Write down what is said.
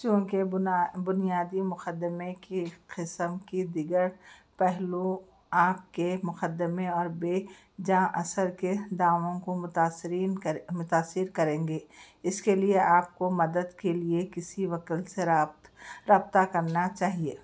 چونکہ بنا بنیادی مقدمے کی قسم کی دیگر پہلو آپ کے مقدمے اور بے جا اثر کے دعووں کو متاثریں کر متاثر کریں گے اس کے لیے آپ کو مدد کے لیے کسی وکیل سے رابط رابطہ کرنا چاہیے